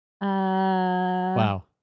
Wow